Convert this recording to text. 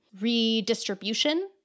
redistribution